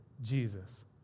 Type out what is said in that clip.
Jesus